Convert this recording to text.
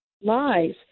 lies